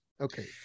Okay